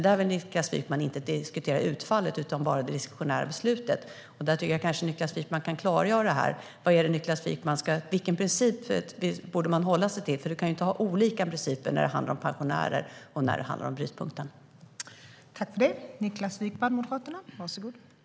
Där vill Niklas Wykman inte diskutera utfallet utan bara det diskretionära beslutet.